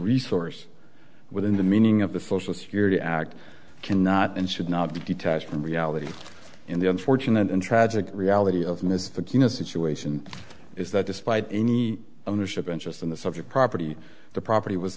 resource within the meaning of the social security act cannot and should not be detached from reality in the unfortunate and tragic reality of misfit you know situation is that despite any ownership interest in the subject property the property was